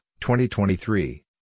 2023